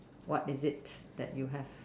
what is it that you have